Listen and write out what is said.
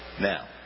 Now